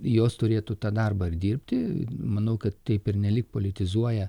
jos turėtų tą darbą ir dirbti manau kad tai pernelyg politizuoja